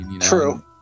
true